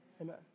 Amen